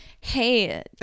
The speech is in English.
hey